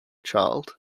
child